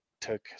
took